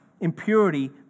impurity